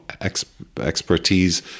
expertise